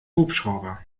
hubschrauber